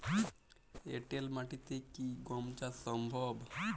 এঁটেল মাটিতে কি গম চাষ সম্ভব?